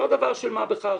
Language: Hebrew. לא דבר של מה בכך